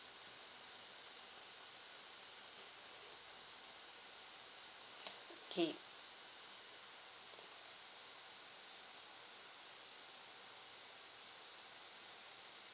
gigabyte